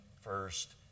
first